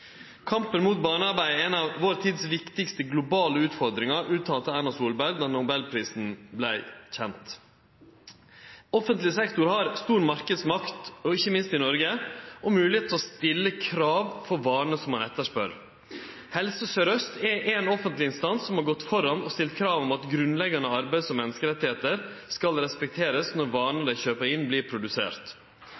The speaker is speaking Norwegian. Kampen mot barnearbeid er ei av vår tids viktigaste globale utfordringar, uttala Erna Solberg då nobelprisen vart kjend. Offentleg sektor har stor marknadsmakt, ikkje minst i Noreg, og har moglegheit til å stille krav for varene ein etterspør. Helse Sør-Øst er ein offentleg instans som har gått føre og stilt krav om at grunnleggjande arbeids- og menneskerettar skal respekterast når